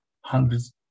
hundreds